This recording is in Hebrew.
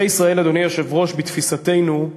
בתפיסתנו,